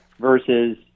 versus